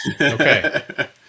Okay